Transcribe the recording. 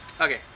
okay